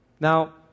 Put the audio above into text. Now